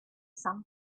sand